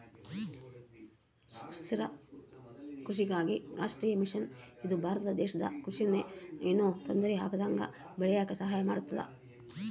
ಸುಸ್ಥಿರ ಕೃಷಿಗಾಗಿ ರಾಷ್ಟ್ರೀಯ ಮಿಷನ್ ಇದು ಭಾರತ ದೇಶದ ಕೃಷಿ ನ ಯೆನು ತೊಂದರೆ ಆಗ್ದಂಗ ಬೇಳಿಯಾಕ ಸಹಾಯ ಮಾಡುತ್ತ